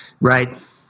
Right